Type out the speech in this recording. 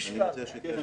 לייצוג.